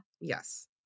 yes